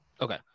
okay